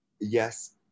Yes